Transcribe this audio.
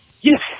yes